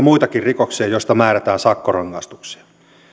muitakin rikoksia joista määrätään sakkorangaistuksia